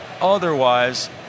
otherwise